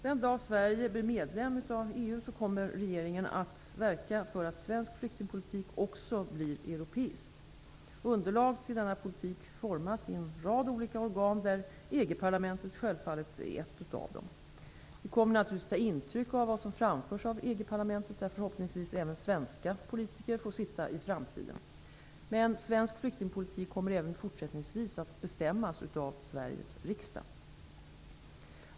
Den dag Sverige blir medlem av EU kommer regeringen att verka för att svensk flyktingpolitik också blir europeisk. Underlag till denna politik formas i en rad olika organ, där EG-parlamentet självfallet är ett av dem. Vi kommer naturligtvis att ta intryck av vad som framförs av EG-parlamentet, där förhoppningsvis även svenska politiker får sitta i framtiden. Men svensk flyktingpolitik kommer även fortsättningsvis att bestämmas av Sveriges riksdag.